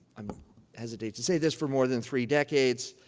um um hesitate to say this for more than three decades.